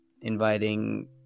inviting